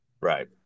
Right